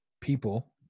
people